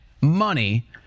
money